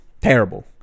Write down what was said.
terrible